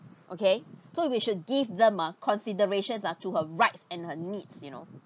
okay so we should give them ah considerations ah to her rights and her needs you know